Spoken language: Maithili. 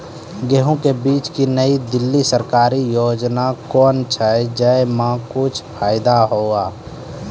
गेहूँ के बीज की नई दिल्ली सरकारी योजना कोन छ जय मां कुछ फायदा हुआ?